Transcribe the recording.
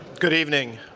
good evening.